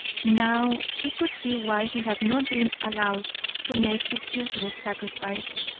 now he could see why he had not been allowed to make his useless sacrifice.